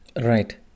right